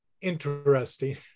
interesting